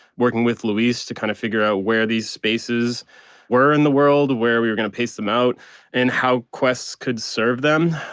working with luis to kind of figure out where these spaces were in the world, where we were gonna pace them out and how quests could serve them.